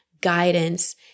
guidance